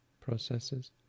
processes